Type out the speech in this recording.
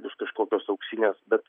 bus kažkokios auksinės bet